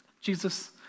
Jesus